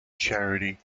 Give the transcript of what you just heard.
charity